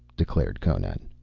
declared conan.